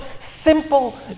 simple